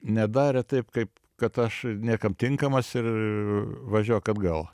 nedarė taip kaip kad aš niekam tinkamas ir važiuok atgal